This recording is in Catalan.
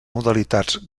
modalitats